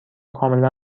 کاملا